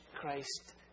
Christ